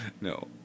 No